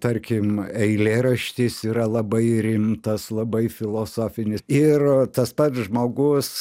tarkim eilėraštis yra labai rimtas labai filosofinis ir tas pats žmogus